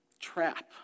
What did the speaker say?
trap